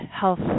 health